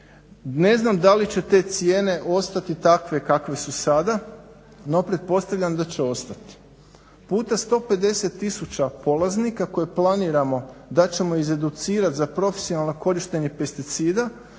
Ne znam da li će te cijene ostati takve kakve su sada no pretpostavljam da će ostati. Puta 150 tisuća polaznika koje planiramo da ćemo iz educirati za profesionalno korištenje pesticida,